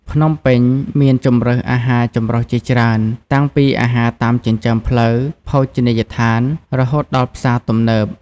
ភ្នំពេញមានជម្រើសអាហារចម្រុះជាច្រើន តាំងពីអាហារតាមចិញ្ចើមផ្លូវ ភោជនីយដ្ឋាន រហូតដល់ផ្សារទំនើប។